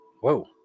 Whoa